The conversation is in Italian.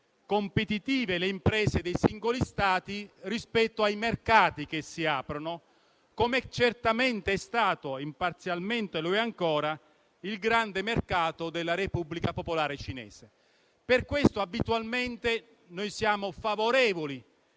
competitive le imprese dei singoli Stati rispetto ai mercati che si aprono, come certamente è stato - e imparzialmente lo è ancora - il grande mercato della Repubblica popolare cinese. Per queste ragioni abitualmente noi siamo favorevoli